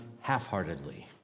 half-heartedly